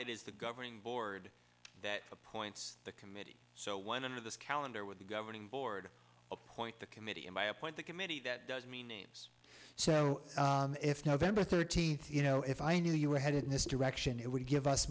it is the governing board that appoints the committee so one of the calendar with the governing board appoint the committee and by appoint the committee that does mean names so if november thirteenth you know if i knew you were headed in this direction it would give us